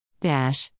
Dash